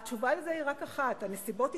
התשובה על זה היא רק אחת: הנסיבות השתנו.